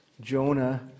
Jonah